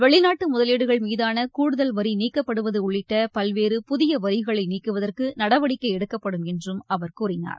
வெளிநாட்டு முதலீடுகள் மீதான கூடுதல் வரி நீக்கப்படுவது உள்ளிட்ட பல்வேறு புதிய வரிகளை நீக்குவதற்கு நடவடிக்கை எடுக்கப்படும் என்றும் அவர் கூறினார்